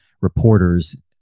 reporters